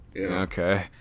okay